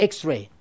X-ray